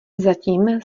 zatím